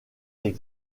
des